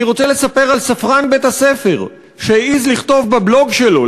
אני רוצה לספר על ספרן בית-הספר שהעז לכתוב בבלוג שלו,